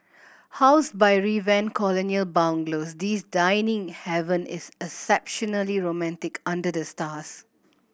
housed by revamped colonial bungalows this dining haven is exceptionally romantic under the stars